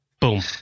Boom